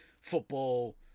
Football